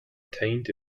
obtained